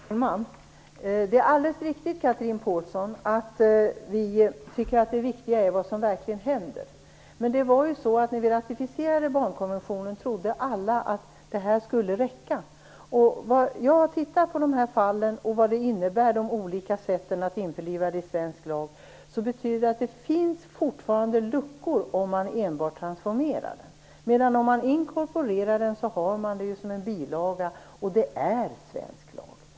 Herr talman! Det är alldeles riktigt, Chatrine Pålsson, att det viktiga är vad som verkligen händer. Men när vi ratificerade barnkonventionen trodde alla att det skulle räcka. Jag har tittat på de olika fallen och vad de olika sätten att införliva barnkonventionen i svensk lag innebär. Och det finns fortfarande luckor om man enbart transformerar barnkonventionen. Men om man inkorporerar den finns den som en bilaga, och den är då svensk lag.